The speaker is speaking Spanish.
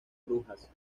brujas